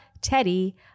Teddy